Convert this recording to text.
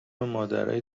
مادرای